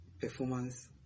performance